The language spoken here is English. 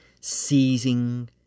seizing